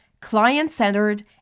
client-centered